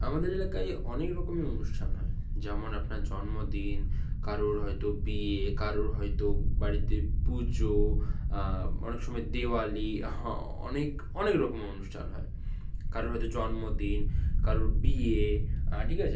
আমাদের এলাকায় অনেক রকমের অনুষ্ঠান হয় যেমন আপনার জন্মদিন কারোর হয়তো বিয়ে কারোর হয়তো বাড়িতে পুজো অনেক সময় দেওয়ালি অনেক অনেক রকমের অনুষ্ঠান হয় কারোর হয়তো জন্মদিন কারোর বিয়ে ঠিক আছে